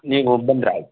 ನೀವು ಬಂದ್ರಾಯ್ತು